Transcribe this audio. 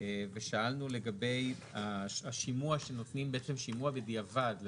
ושאלנו גם לגבי השימוע בדיעבד,